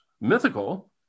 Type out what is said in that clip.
mythical